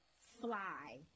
fly